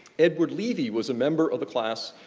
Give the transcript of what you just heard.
edward levy was a member of a class,